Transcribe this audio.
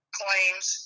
claims